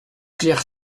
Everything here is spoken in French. clair